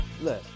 Look